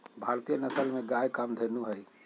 भारतीय नसल में गाय कामधेनु हई